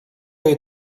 jej